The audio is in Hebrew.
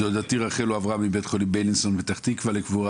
דודתי רחל הועברה מבית החולים בילינסון בפתח תקווה לקבורה